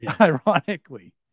Ironically